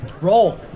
roll